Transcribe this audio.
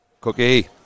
Cookie